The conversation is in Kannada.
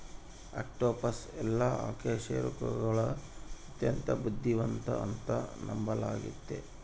ಆಕ್ಟೋಪಸ್ ಎಲ್ಲಾ ಅಕಶೇರುಕಗುಳಗ ಅತ್ಯಂತ ಬುದ್ಧಿವಂತ ಅಂತ ನಂಬಲಾಗಿತೆ